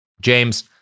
James